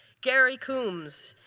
gary cooms.